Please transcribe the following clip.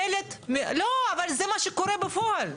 זה מה שקורה בפועל.